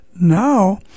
Now